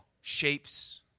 shapes